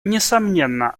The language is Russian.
несомненно